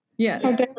Yes